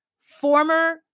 former